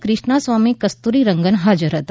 ક્રિષ્નાસ્વામી કસ્તુરીરંગન હાજર હતા